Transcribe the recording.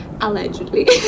allegedly